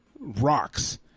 rocks